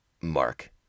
Mark